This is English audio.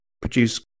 produce